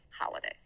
holiday